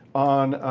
on